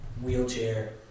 wheelchair